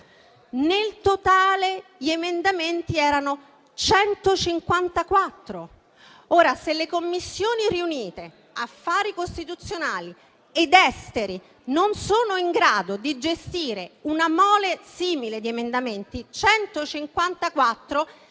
In totale gli emendamenti erano 154. Ora, se le Commissioni riunite affari costituzionali ed esteri non sono in grado di gestire una mole simile di emendamenti - 154